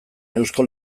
eusko